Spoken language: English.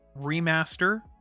remaster